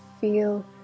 feel